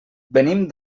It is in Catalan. venim